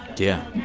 yeah.